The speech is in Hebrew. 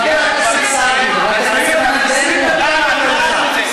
חברת הכנסת ענת ברקו,